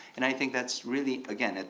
and i think that's really again,